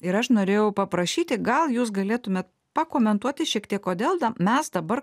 ir aš norėjau paprašyti gal jūs galėtumėt pakomentuoti šiek tiek kodėl da mes dabar